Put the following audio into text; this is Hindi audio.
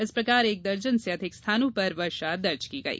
इस प्रकार एक दर्जन से अधिक स्थानों पर वर्षा दर्ज की गई